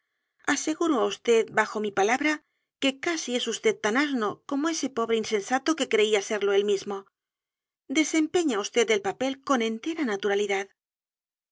aseguro á vd bajo mi palabra que casi es vd tan asno como ese pobre insensato que creía serlo él mismo desempeña vd el papel con entera naturalidad